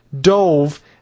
dove